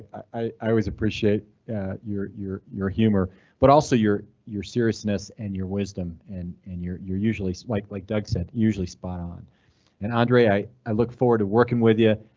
i always appreciate your your humor but also your your seriousness and your wisdom and and your your usually like like doug said, usually spot on and andre. i i look forward to working with you.